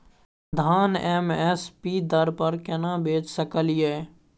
धान M S P दर पर केना बेच सकलियै?